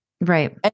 Right